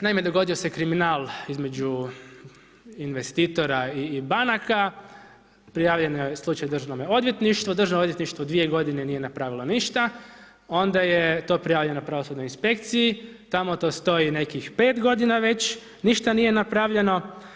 Naime dogodio se kriminal između investitora i banaka, prijavljen je slučaj Državnom odvjetništvu, Državno odvjetništvo 2 godine nije napravilo ništa, onda je to prijavljeno pravosudnoj inspekciji, tamo to stoji nekih 5 godina već, ništa nije napravljeno.